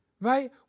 right